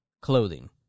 clothing